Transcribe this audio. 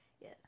Yes